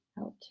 out